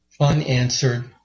unanswered